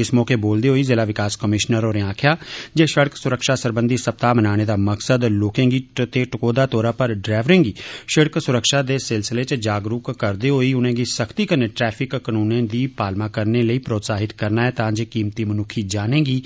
इस मौके बोलदे होई ज़िला विकास कमीशनर होरे आक्खेंजा जे शड़क सुरक्षा सरबंधी सप्ताह मनाने दा मकसद लोके गी ते टकोह्दे तौरा पर ड्रैवरे गी शिड़क सुरक्षा दे सिलसिले च जागरूक करदे होई उनेंगी सख्ती कन्नै ट्रैफिक कानूने दी पालमा करने लेई प्रोत्साहित कैरना ऐ तां जे कीमती मुनक्खी जाने गी